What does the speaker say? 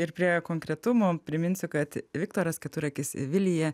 ir prie konkretumo priminsiu kad viktoras keturakis vilija